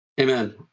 Amen